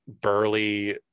burly